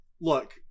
Look